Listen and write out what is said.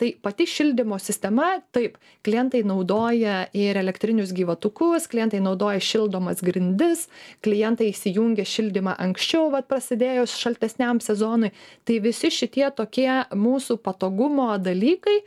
tai pati šildymo sistema taip klientai naudoja ir elektrinius gyvatukus klientai naudoja šildomas grindis klientai įsijungia šildymą anksčiau va prasidėjus šaltesniam sezonui tai visi šitie tokie mūsų patogumo dalykai